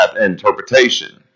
interpretation